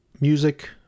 music